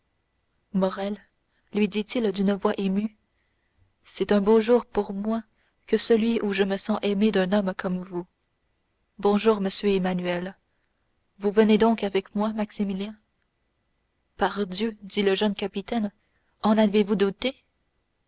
morrel lui dit-il d'une voix émue c'est un beau jour pour moi que celui où je me sens aimé d'un homme comme vous bonjour monsieur emmanuel vous venez donc avec moi maximilien pardieu dit le jeune capitaine en aviez-vous douté